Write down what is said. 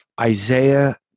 Isaiah